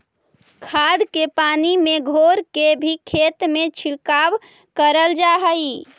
खाद के पानी में घोर के भी खेत में छिड़काव कयल जा हई